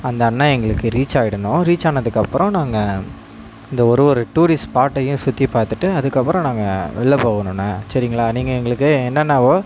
அந்த அண்ணன் எங்களுக்கு ரீச் ஆகிடணும் ரீச் ஆனதுக்கப்புறம் நாங்கள் இந்த ஒரு ஒரு டூரிஸ்ட் ஸ்பாட்டையும் சுற்றி பார்த்துட்டு அதுக்கப்புறம் நாங்கள் வெளியில் போகணுனால் சரிங்களா நீங்கள் எங்களுக்கு என்னானவோ